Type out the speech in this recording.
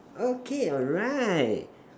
okay alright